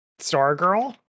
Stargirl